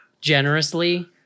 generously